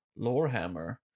Lorehammer